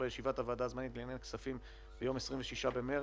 בישיבת הוועדה הזמנית בענייני כספים ביום 26 במרץ,